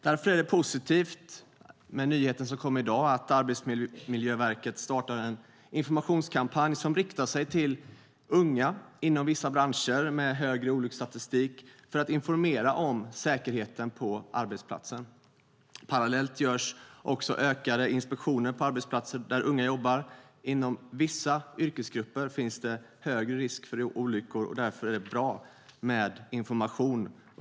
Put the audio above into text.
Därför är det positivt med nyheten som kom i dag att Arbetsmiljöverket startar en informationskampanj som riktar sig till unga inom vissa branscher med högre olycksstatistik för att informera om säkerheten på arbetsplatser. Parallellt görs också ökade inspektioner på arbetsplatser där unga jobbar. Inom vissa yrkesgrupper finns det högre risk för olyckor, och därför är det bra med information.